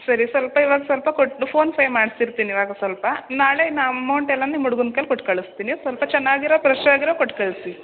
ಸರಿ ಸ್ವಲ್ಪ ಇವಾಗ ಸ್ವಲ್ಪ ಕೊಟ್ಟು ಫೋನ್ಪೇ ಮಾಡ್ತಿರ್ತೀನಿ ಇವಾಗ ಸ್ವಲ್ಪ ನಾಳೆನ ಅಮೌಂಟ್ ಎಲ್ಲ ನಿಮ್ಮ ಹುಡ್ಗುನ್ ಕೈಲಿ ಕೊಟ್ಟು ಕಳಿಸ್ತೀನಿ ಸ್ವಲ್ಪ ಚೆನ್ನಾಗಿರೋ ಫ್ರೆಶ್ ಆಗಿರೋ ಕೊಟ್ಟು ಕಳಿಸಿ